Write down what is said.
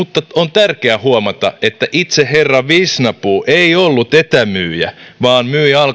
tärkeää huomata että itse herra visnapuu ei ollut etämyyjä vaan myi alkoholin